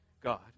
god